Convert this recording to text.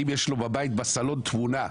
האם יש לו בבית בסלון תמונה?